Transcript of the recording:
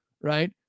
right